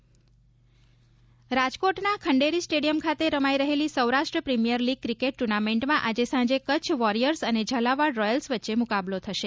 Rajkot cricket રાજકોટના Khanderi stadium ખાતે રમાઇ રહેલી સૌરાષ્ટ્ર પ્રિમિયર લીગ ક્રિકેટ ્ટ્રનમિન્ટમાં આજે સાંજે કચ્છ વોરિયર્સ અને ઝાલાવાડ રોયલ્સ વચ્ચે મુકાબલો થશે